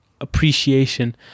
appreciation